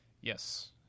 Yes